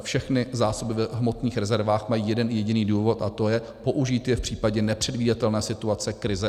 Všechny zásoby v hmotných rezervách mají jeden jediný důvod a to je použít je v případě nepředvídatelné situace, krize atd.